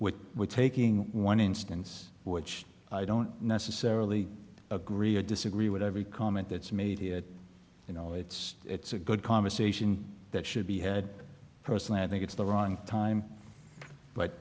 which we're taking one instance which i don't necessarily agree or disagree with every comment that's made here you know it's it's a good conversation that should be had personally i think it's the wrong time